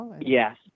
Yes